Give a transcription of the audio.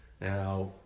Now